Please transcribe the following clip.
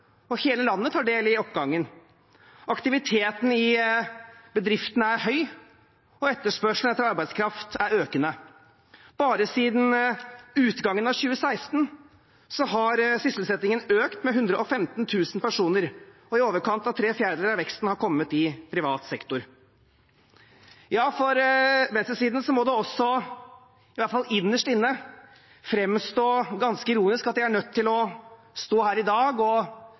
og hele landet tar del i oppgangen. Aktiviteten i bedriftene er høy, og etterspørselen etter arbeidskraft er økende. Bare siden utgangen av 2016 har sysselsettingen økt med 115 000 personer. I overkant av tre fjerdedeler av veksten har kommet i privat sektor. For venstresiden må det, i hvert fall innerst inne, framstå ganske ironisk at de er nødt til å stå her i dag og